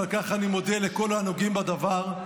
ועל כך אני מודה לכל הנוגעים בדבר.